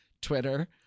Twitter